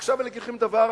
עכשיו אני אגיד לכם דבר,